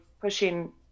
pushing